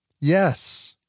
Yes